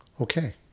Okay